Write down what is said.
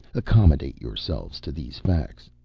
accommodate yourselves to these facts.